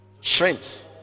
shrimps